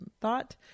thought